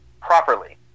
Properly